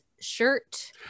shirt